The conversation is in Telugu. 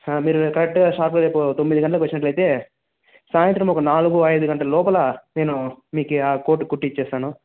మీరు కరెక్ట్గా షాపుకి తొమ్మిదిగంటలకు వచ్చినట్టు అయితే సాయంత్రం ఒక నాలుగు అయిదు గంటల లోపల నేను మీకు ఆ కోటు కుట్టించి ఇస్తాను